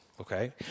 okay